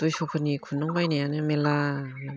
दुइस'फोरनि खुन्दुं बायनायानो मेरला